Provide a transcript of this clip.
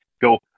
go